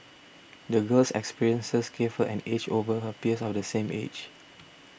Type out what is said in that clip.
the girl's experiences gave her an edge over her peers of the same age